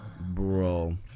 bro